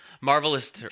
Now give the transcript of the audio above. Marvelous